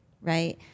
right